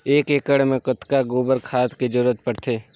एक एकड़ मे कतका गोबर खाद के जरूरत पड़थे?